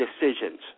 decisions